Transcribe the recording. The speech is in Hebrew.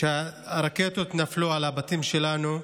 כשהרקטות נפלו על הבתים שלנו,